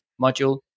module